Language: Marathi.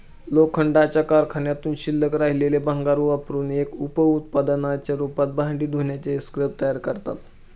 लोखंडाच्या कारखान्यातून शिल्लक राहिलेले भंगार वापरुन एक उप उत्पादनाच्या रूपात भांडी धुण्याचे स्क्रब तयार करतात